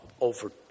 over